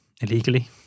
illegally